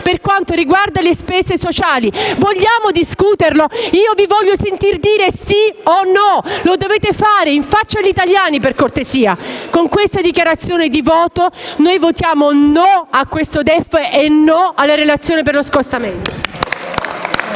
per quanto riguarda le spese sociali. Vogliamo discuterne? Io vi voglio sentire dire: sì o no. Lo dovete fare in faccia agli italiani. Con questa dichiarazione di voto noi votiamo no a questo DEF e alla relazione per lo scostamento.